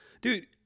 Dude